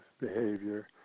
behavior